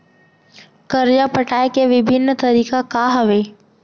करजा पटाए के विभिन्न तरीका का हवे?